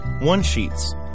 one-sheets